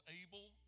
able